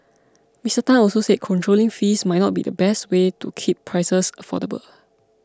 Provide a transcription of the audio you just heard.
Mister Tan also said controlling fees might not be the best way to keep prices affordable